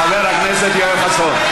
חבר הכנסת יואל חסון.